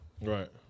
Right